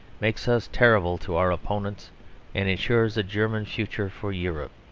makes us terrible to our opponents and ensures a german future for europe.